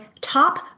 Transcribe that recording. top